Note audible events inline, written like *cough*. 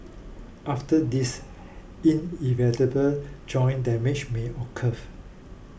after this irreversible joint damage may occur *noise*